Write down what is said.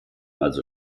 also